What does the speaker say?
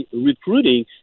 recruiting